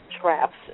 traps